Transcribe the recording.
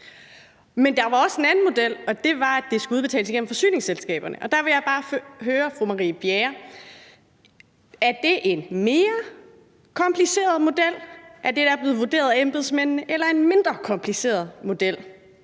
Men der var også en anden model, og den gik ud på, at det skulle udbetales igennem forsyningsselskaberne, og der vil jeg bare høre fru Marie Bjerre: Er det en mere kompliceret model end det, der er blevet vurderet af embedsmænd, eller en mindre kompliceret model